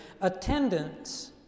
Attendance